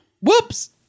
whoops